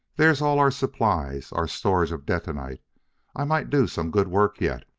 there's all our supplies our storage of detonite i might do some good work yet!